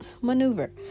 maneuver